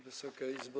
Wysoka Izbo!